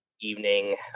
evening